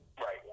Right